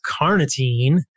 carnitine